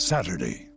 Saturday